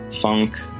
funk